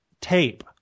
tape